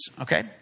okay